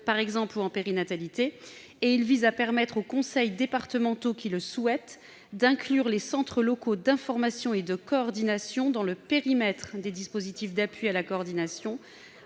ou en périnatalité. De plus, il a pour objet de permettre aux conseils départementaux qui le souhaitent d'inclure les centres locaux d'information et de coordination dans le périmètre des dispositifs d'appui à la coordination